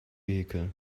vehicle